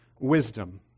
wisdom